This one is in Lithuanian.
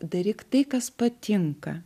daryk tai kas patinka